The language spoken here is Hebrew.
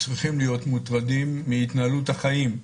צריכים להיות מוטרדים מהתנהלות החיים.